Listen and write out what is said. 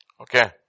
Okay